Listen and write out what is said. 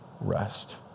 rest